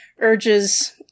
urges